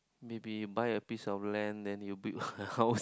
maybe buy a piece of lamp then you build a house